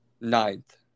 ninth